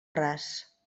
ras